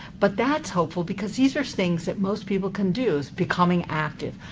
but that's hopeful because these are things that most people can do is becoming active.